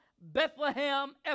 Bethlehem